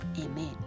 Amen